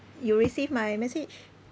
you receive my message